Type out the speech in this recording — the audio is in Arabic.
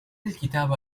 الكتاب